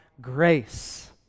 grace